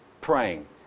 praying